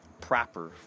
proper